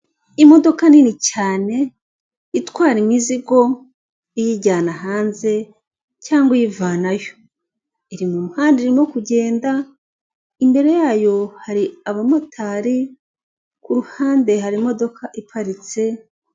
Imodoka nini cyane itwara imizigo iyijyana hanze cyangwa iyivanayo iri mu muhanda irimo kugenda imbere yayo hari abamotari, kuhande hari imodoka iparitse.